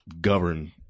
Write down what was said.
govern